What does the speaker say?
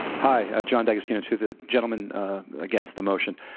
hi, ah john d'agostino, to the gentlemen against the motion,